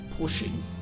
pushing